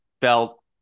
felt